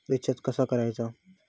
Recharge कसा करायचा?